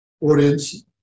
audience